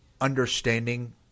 understanding